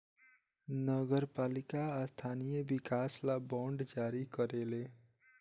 नगर पालिका स्थानीय विकास ला बांड जारी करेले